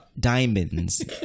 diamonds